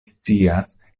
scias